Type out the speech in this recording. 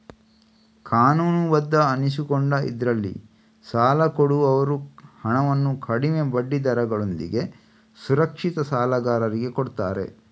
ಕಾನೂನುಬದ್ಧ ಅನಿಸಿಕೊಂಡ ಇದ್ರಲ್ಲಿ ಸಾಲ ಕೊಡುವವರು ಹಣವನ್ನು ಕಡಿಮೆ ಬಡ್ಡಿ ದರಗಳೊಂದಿಗೆ ಸುರಕ್ಷಿತ ಸಾಲಗಾರರಿಗೆ ಕೊಡ್ತಾರೆ